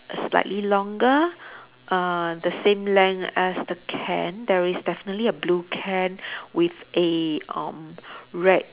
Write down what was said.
slightly longer uh the same length as the can there is definitely a blue can with a um red